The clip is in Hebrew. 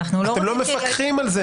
שאנחנו לא --- אתם לא מפקחים על זה.